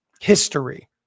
History